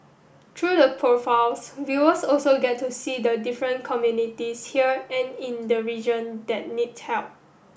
through the profiles viewers also get to see the different communities here and in the region that need help